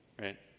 right